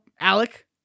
Alec